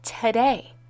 today